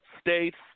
States